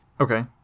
okay